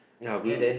ya we'll